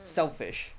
selfish